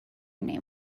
name